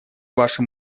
вашим